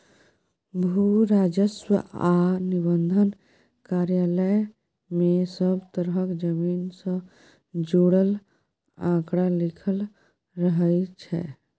भू राजस्व आ निबंधन कार्यालय मे सब तरहक जमीन सँ जुड़ल आंकड़ा लिखल रहइ छै